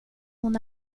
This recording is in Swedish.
hon